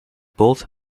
both